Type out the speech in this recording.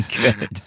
good